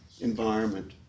environment